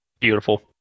beautiful